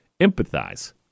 empathize